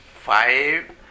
five